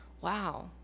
wow